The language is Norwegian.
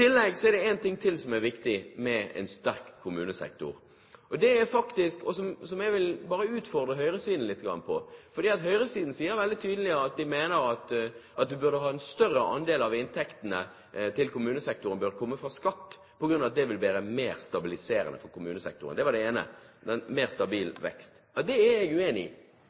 tillegg er det en ting til som er viktig med en sterk kommunesektor, som jeg vil utfordre høyresiden litt på. Høyresiden sier veldig tydelig at de mener at en større andel av inntektene til kommunesektoren bør komme fra skatt, på grunn av at det vil være mer stabiliserende for kommunesektoren – det var det ene – mer stabil vekst. Og det er jeg uenig i. Det er heller ikke sånn at KS i sitt landsstyrevedtak sier at de ønsker en økning av andelen til 50 pst., som høyrepartiene i